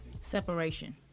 Separation